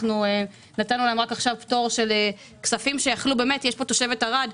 עכשיו נתנו להם פטור של כספים יש פה תושבת ערד,